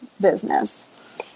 business